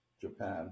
Japan